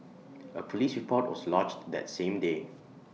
A Police report was lodged that same day